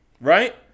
Right